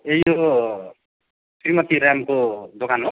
ए यो श्रीमती रामको दोकान हो